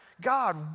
God